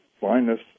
blindness